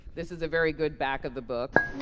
this is a very good back of the book.